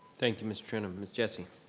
thank you, mr. trenum, miss jessie.